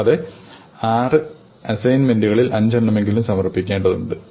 കൂടാതെ ആറ് അസൈൻമെന്റുകളിൽ അഞ്ചെണ്ണമെങ്കിലും സമർപ്പിക്കേണ്ടതുണ്ട്